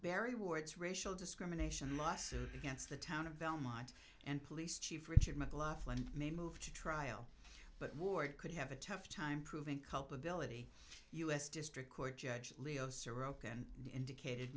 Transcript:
barry ward's racial discrimination lawsuit against the town of belmont and police chief richard mclaughlin may move to trial but ward could have a tough time proving culpability u s district court judge leo sirocco and indicated